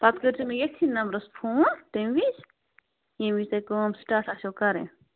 پَتہٕ کٔرۍ زیٚو مےٚ ییٚتھٕے نمبَرس فون تَمہِ وِزِ ییٚمہِ وِزِ تُہۍ کٲم سِٹارٹ آسٮ۪و کَرٕنۍ